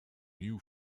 new